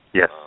Yes